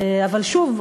אבל שוב,